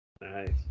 Nice